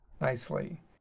nicely